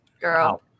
Girl